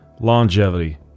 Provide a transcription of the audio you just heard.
longevity